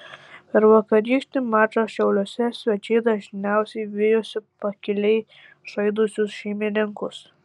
per vakarykštį mačą šiauliuose svečiai dažniausiai vijosi pakiliai žaidusius šeimininkus